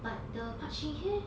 but the park shin hye